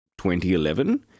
2011